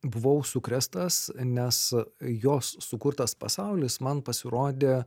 buvau sukrėstas nes jos sukurtas pasaulis man pasirodė